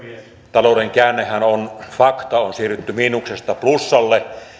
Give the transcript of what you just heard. talouden käännehän on fakta on siirrytty miinuksesta plussalle